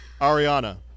Ariana